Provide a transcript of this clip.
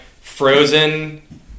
frozen